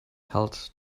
held